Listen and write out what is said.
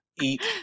eat